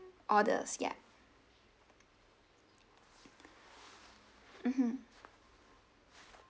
orders ya mmhmm